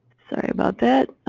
sorry about that.